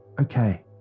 Okay